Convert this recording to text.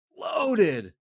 loaded